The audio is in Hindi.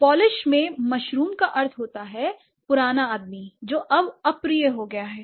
पोलिश में मशरूम का अर्थ है पुराना आदमी जो अब अप्रिय हो गया है